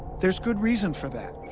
there's good reason for that.